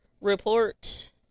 report